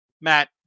Matt